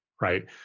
right